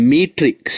Matrix